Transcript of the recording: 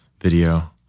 video